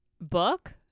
book